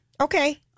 Okay